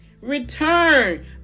Return